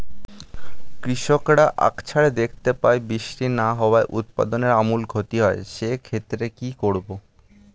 কৃষকরা আকছার দেখতে পায় বৃষ্টি না হওয়ায় উৎপাদনের আমূল ক্ষতি হয়, সে ক্ষেত্রে কি করব?